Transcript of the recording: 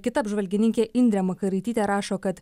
kita apžvalgininkė indrė makaraitytė rašo kad